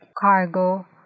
Cargo